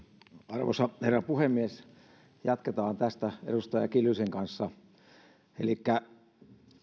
arvoisa herra puhemies jatketaan tästä edustaja kiljusen kanssa elikkä